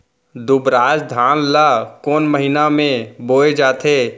दुबराज धान ला कोन महीना में बोये जाथे?